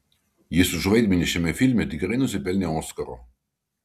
jis už vaidmenį šiame filme tikrai nusipelnė oskaro